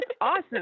awesome